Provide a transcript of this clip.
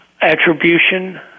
attribution